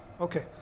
okay